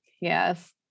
Yes